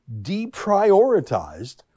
deprioritized